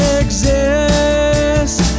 exist